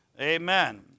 Amen